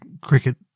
cricket